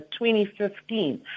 2015